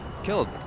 Killed